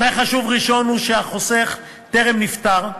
תנאי חשוב ראשון הוא שהחוסך טרם נפטר.